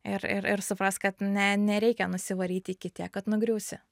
ir ir ir supras kad ne nereikia nusivaryti iki tiek kad nugriūsi